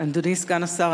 אדוני סגן השר,